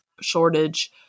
shortage